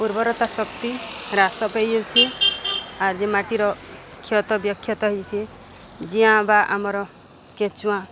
ଉର୍ବରତା ଶକ୍ତି ହ୍ରାସ ପାଇଯାଉଛି ଆର୍ ଯେ ମାଟିର କ୍ଷତ ବ୍ୟକ୍ଷତ ହେଇଛି ଜିଆଁ ବା ଆମର କେଚୁଆଁ